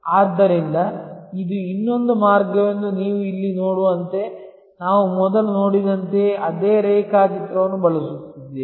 ಆದ್ದರಿಂದ ಇದು ಇನ್ನೊಂದು ಮಾರ್ಗವೆಂದು ನೀವು ಇಲ್ಲಿ ನೋಡುವಂತೆ ನಾವು ಮೊದಲು ನೋಡಿದಂತೆಯೇ ಅದೇ ರೇಖಾಚಿತ್ರವನ್ನು ಬಳಸುತ್ತಿದ್ದೇವೆ